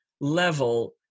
level